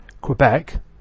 Quebec